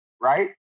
right